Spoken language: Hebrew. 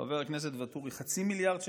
חבר הכנסת ואטורי, 0.5 מיליארד שקל,